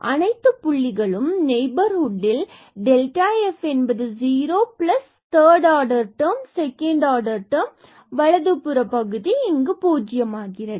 அனைத்து புள்ளிகளும் நெய்பர்ஹுட்களில் f is 0 third order terms second order term வலதுபுற பகுதி பூஜ்ஜியம் ஆகிறது